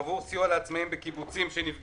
עבור סיוע לעצמאים בקיבוצים שנפגעו